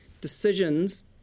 decisions